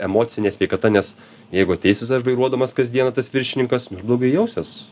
emocinė sveikata nes jeigu ateis visas žvairuodamas kasdieną tas viršininkas blogai jausies